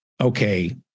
okay